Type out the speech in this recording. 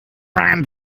waren